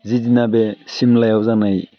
जिदिना बे सिमलायाव जानाय